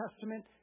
Testament